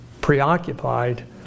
preoccupied